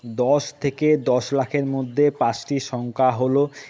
দশ থেকে দশ লাখের মধ্যে পাঁচটি সংখ্যা হলো